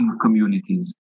communities